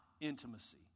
intimacy